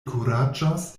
kuraĝos